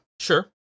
Sure